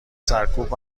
سرکوب